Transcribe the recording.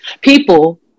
People